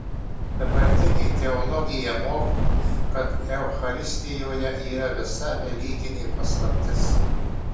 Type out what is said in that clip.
dabartinė teologija moko kad eucharistijoje yra visa velykinė paslaptis